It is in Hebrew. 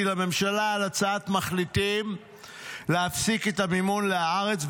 לממשלה על הצעת מחליטים להפסיק את המימון להארץ,